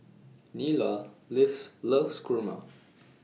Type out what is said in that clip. Neola lose loves Kurma